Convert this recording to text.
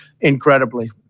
incredibly